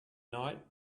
night